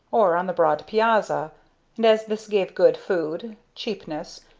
or on the broad piazza and as this gave good food, cheapness,